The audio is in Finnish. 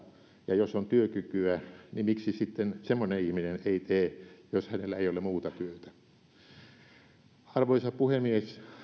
ja jos on työkykyä niin miksi sitten semmoinen ihminen ei tee jos hänellä ei ole muuta työtä arvoisa puhemies